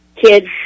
kids